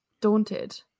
daunted